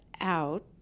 out